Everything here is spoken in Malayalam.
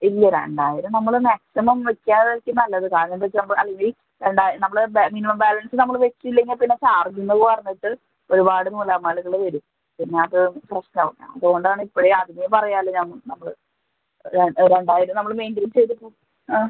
ഇല്ല രണ്ടായിരം നമ്മൾ മാക്സിമം വയ്ക്കാതെ വയ്ക്കുന്നതാണ് നല്ലത് കാരണം എന്താണെന്ന് വച്ചാൽ നമ്മൾ നമ്മൾ മിനിമം ബാലൻസ് നമ്മൾ വയ്ക്കില്ലെങ്കിൽ പിന്നെ ചാർജെന്ന് പറഞ്ഞിട്ട് ഒരുപാട് നൂലാമാലകൾ വരും പിന്നെ അത് പ്രശ്നം ആവും അതുകൊണ്ടാണ് ഇപ്പോഴെ ആദ്യമെ പറയാമല്ലോ ഞാൻ നമ്മൾ രണ്ടായിരം നമ്മൾ മെയിൻ്റയിൻ ചെയ്ത്